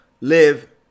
live